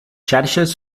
xarxes